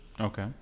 Okay